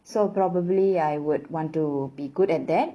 so probably I would want to be good at that